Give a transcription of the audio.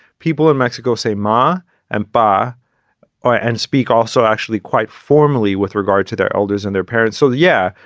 people in mexico say ma and pa but ah and speak also actually quite formally with regard to their elders and their parents. so, yeah,